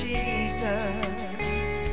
Jesus